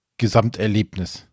Gesamterlebnis